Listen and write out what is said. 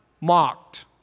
mocked